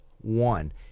one